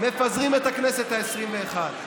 מפזרים את הכנסת העשרים-ואחת,